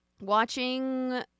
Watching